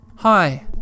Hi